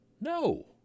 No